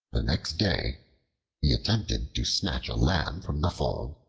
next day he attempted to snatch a lamb from the fold,